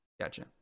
Gotcha